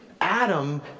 Adam